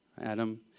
Adam